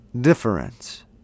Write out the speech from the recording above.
difference